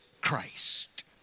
Christ